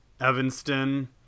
Evanston